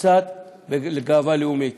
בקצת גאווה לאומית: